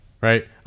Right